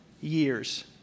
years